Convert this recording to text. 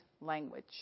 language